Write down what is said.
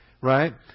right